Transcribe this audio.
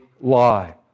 lie